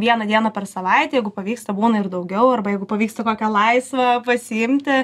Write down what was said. vieną dieną per savaitę jeigu pavyksta būna ir daugiau arba jeigu pavyksta kokią laisvą pasiimti